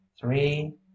three